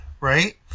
right